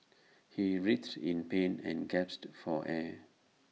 he writhed in pain and gasped for air